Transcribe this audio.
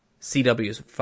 CW's